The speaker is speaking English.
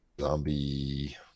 zombie